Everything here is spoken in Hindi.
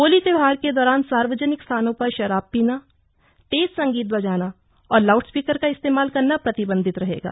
होली त्योहार के दौरान सार्वजनिक स्थानों पर शराब पीना तेज संगीत बजाना और लाउडस्पीकर का इस्तेमाल करना प्रतिबंधित रहेगा